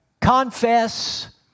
confess